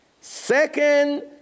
Second